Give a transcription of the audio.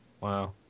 Wow